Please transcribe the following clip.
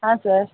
ಹಾಂ ಸರ್